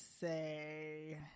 say